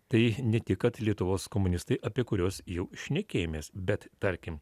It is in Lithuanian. tai ne tik kad lietuvos komunistai apie kuriuos jau šnekėjomės bet tarkim